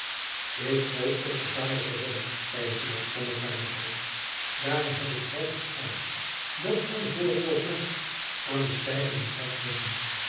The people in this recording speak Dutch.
ik hoop ook den vader te redden zeide velasco met waardigheid daarom heb ik zelf het schuitje dat aan de voorpoort lag aan den steiger doen vastleggen